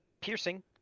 piercing